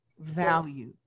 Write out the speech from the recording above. value